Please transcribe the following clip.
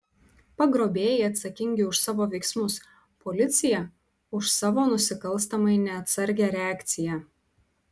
pagrobėjai atsakingi už savo veiksmus policija už savo nusikalstamai neatsargią reakciją